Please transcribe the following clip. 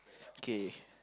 okay